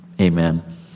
amen